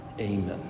Amen